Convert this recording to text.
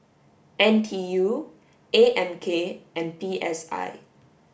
N T U A M K and P S I